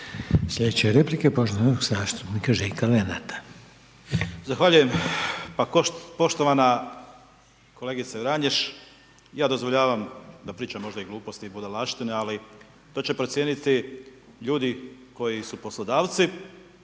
Slijedeće replike poštovanog zastupnika Željka Lenarta. **Lenart, Željko (HSS)** Zahvaljujem. Pa poštovana kolegice Vranješ, ja dozvoljavam da pričam možda gluposti i budalaštine, ali to će procijeniti ljudi koji su poslodavci